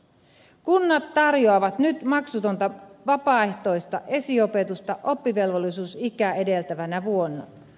kunnat tarjoavat nyt maksutonta vapaaehtoista esiopetusta oppivelvollisuusikää edeltävänä vuonna